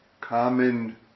common